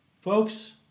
folks